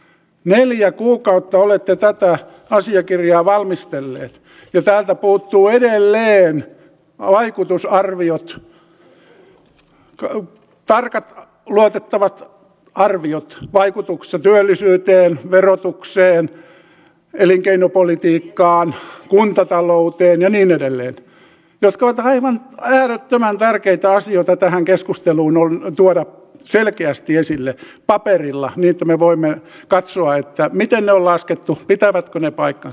neljä kuukautta olette tätä asiakirjaa valmistelleet ja täältä puuttuu edelleen vaikutusarviot tarkat luotettavat arviot vaikutuksista työllisyyteen verotukseen elinkeinopolitiikkaan kuntatalouteen ja niin edelleen jotka ovat aivan äärettömän tärkeitä asioita tähän keskusteluun tuoda selkeästi esille paperilla niin että me voimme katsoa miten ne on laskettu pitävätkö ne paikkansa